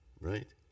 right